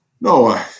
no